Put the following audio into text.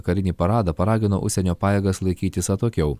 karinį paradą paragino užsienio pajėgas laikytis atokiau